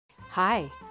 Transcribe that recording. Hi